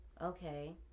Okay